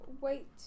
Wait